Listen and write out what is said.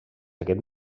aquest